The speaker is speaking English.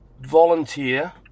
volunteer